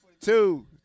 Two